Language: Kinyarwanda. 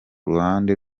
ruhande